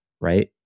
right